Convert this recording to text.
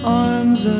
arms